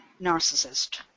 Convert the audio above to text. narcissist